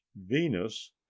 venus